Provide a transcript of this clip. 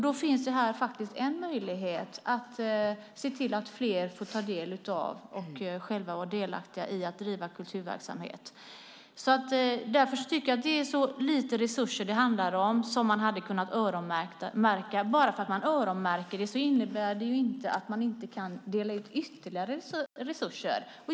Då finns det här en möjlighet att se till fler får ta del av och själva vara delaktiga i att driva kulturverksamhet. Det är så lite resurser det handlar om som man hade kunnat öronmärka. Bara för att man öronmärker dem innebär det ju inte att man inte kan dela ut ytterligare resurser.